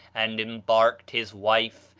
and embarked his wife,